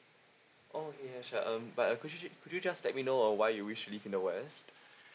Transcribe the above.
oh yea sure um but could you just could you just let me know uh why you wish to live in the west